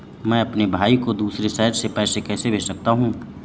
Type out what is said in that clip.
मैं अपने भाई को दूसरे शहर से पैसे कैसे भेज सकता हूँ?